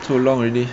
so long already